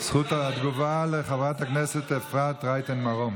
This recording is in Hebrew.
זכות התגובה לחברת הכנסת אפרת רייטן מרום.